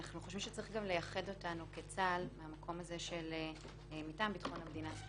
אנחנו חושבים שצריך לייחד את צה"ל מטעמים של ביטחון המידע .